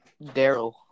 Daryl